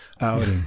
out